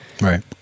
Right